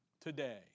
today